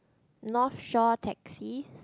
North shore taxi